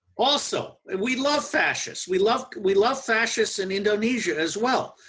also. and we love fascists. we love we love fascists in indonesia as well.